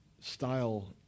style